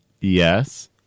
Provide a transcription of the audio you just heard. Yes